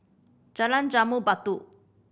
Jalan Jambu Batu